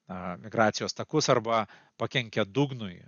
na migracijos takus arba pakenkia dugnui